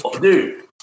Dude